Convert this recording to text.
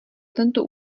tento